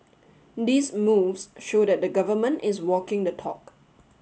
these moves show that the government is walking the talk